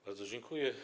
Bardzo dziękuję.